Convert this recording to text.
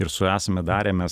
ir su esame darę mes